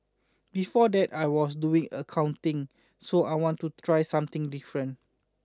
before that I was doing accounting so I want to try something different